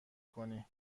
کنی